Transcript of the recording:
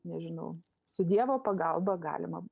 nežinau su dievo pagalba galima